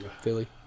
Philly